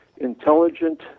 intelligent